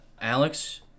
Alex